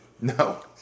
No